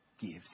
gives